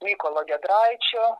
mykolo giedraičio